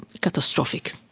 catastrophic